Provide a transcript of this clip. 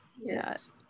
Yes